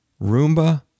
Roomba